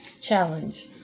challenge